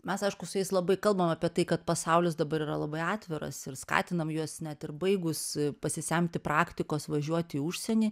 mes aišku su jais labai kalbam apie tai kad pasaulis dabar yra labai atviras ir skatinam juos net ir baigus pasisemti praktikos važiuoti į užsienį